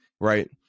Right